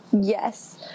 Yes